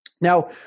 Now